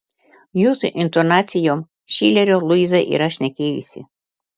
jūsų intonacijom šilerio luiza yra šnekėjusi